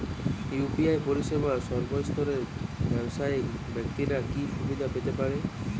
UPI পরিসেবা সর্বস্তরের ব্যাবসায়িক ব্যাক্তিরা কি সুবিধা পেতে পারে?